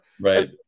Right